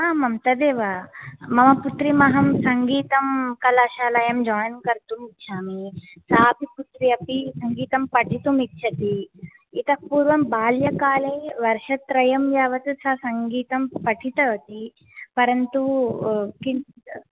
आम् आम् तदेव मम पुत्रीमहं सङ्गीतं कलाशालायां जायिन् कर्तुम् इच्छामि सापि पुत्री अपि सङ्गीतं पठितुमिच्छति इतः पूर्वं बाल्याकालये वर्षत्रयं यावत् सा सङ्गीतं पठितवती परन्तु किञ्चित्